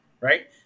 right